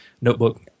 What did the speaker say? notebook